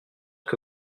que